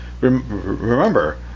remember